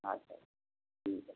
আচ্ছা ঠিক আছে